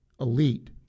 elite